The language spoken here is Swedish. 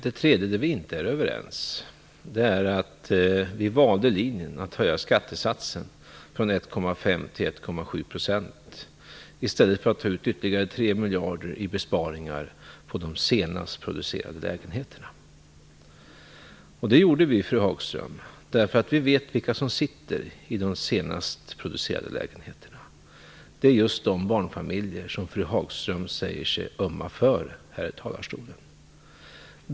Den tredje punkten, där vi inte är överens, gäller detta att vi valde linjen att höja skattesatsen från 1,5 till 1,7 % i stället för att ta ut ytterligare 3 miljarder i besparingar på de senast producerade lägenheterna. Det gjorde vi, fru Hagström, därför att vi vet vilka som sitter i de senast producerade lägenheterna. Det är just de barnfamiljer som fru Hagström här i talarstolen säger sig ömma för.